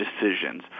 decisions